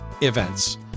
events